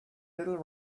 little